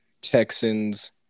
Texans